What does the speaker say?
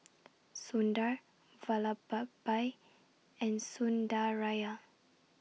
Sundar Vallabhbhai and Sundaraiah